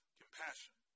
compassion